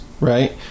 right